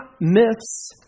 myths